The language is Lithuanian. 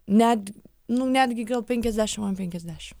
net nu netgi gal penkiasdešim ant penkiasdešim